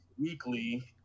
weekly